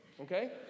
Okay